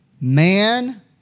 Man